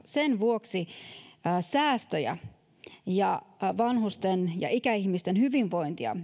sen vuoksi jos haemme säästöjä ja vanhusten ja ikäihmisten hyvinvointia